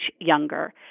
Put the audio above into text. younger